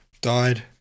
Died